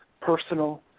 personal